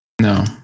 No